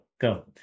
go